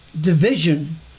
division